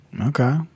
Okay